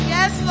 Yes